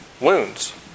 wounds